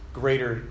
greater